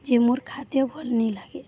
ଯେ ମୋ ଖାଦ୍ୟ ଭଲ୍ ନାଇଁ ଲାଗେ